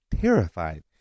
terrified